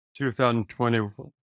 2021